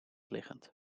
liggend